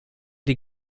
die